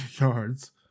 yards